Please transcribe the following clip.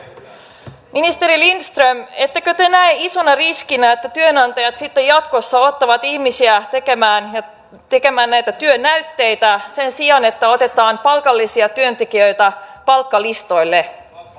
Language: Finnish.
ministeri lindström ettekö te näe isona riskinä että työnantajat sitten jatkossa ottavat ihmisiä tekemään näitä työnäytteitä sen sijaan että otetaan palkallisia työntekijöitä palkkalistoille